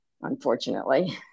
Unfortunately